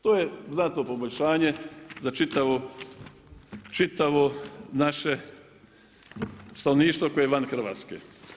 To je znatno poboljšanje za čitavo naše stanovništvo koje je van Hrvatske.